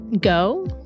Go